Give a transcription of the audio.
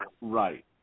Right